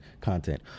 content